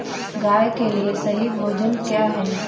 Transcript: गाय के लिए सही भोजन क्या है?